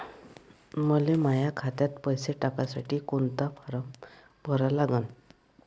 मले माह्या खात्यात पैसे टाकासाठी कोंता फारम भरा लागन?